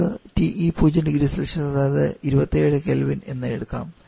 നമുക്ക് TE 0 0C അതായത് 27K എന്ന് എടുക്കാം